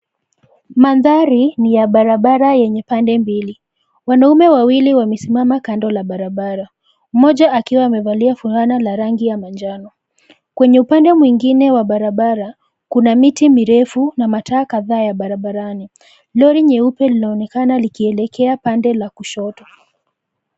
Mandhari ni ya barabara yenye pande mbili. Wanaume wawili wamesimama kando la barabara, mmoja akiwa amevalia fulana la rangi ya manjano. Kwenye upande mwingine wa barabara, kuna miti mirefu na mataa kadhaa ya barabarani. Lori nyeupe linaonekana likielekea pande la kushoto.